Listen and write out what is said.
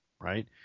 right